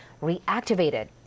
reactivated